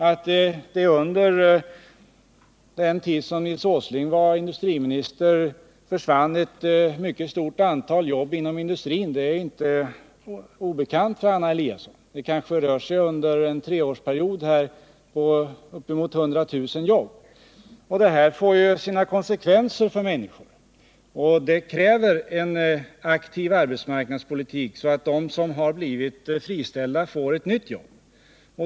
Att det under den tid då Nils Åsling var industriminister försvann ett mycket stort antal jobb inom industrin är inte obekant för Anna Eliasson. Under en treårsperiod rör det sig om uppemot 100 000 jobb. Detta får ju sina konsekvenser för människor, och det kräver en aktiv arbetsmarknadspolitik, så att de som blivit friställda kan få nya jobb.